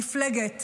מפלגת